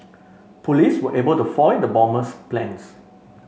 police were able to foil the bomber's plans